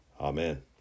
Amen